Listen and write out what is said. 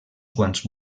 quants